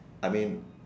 I mean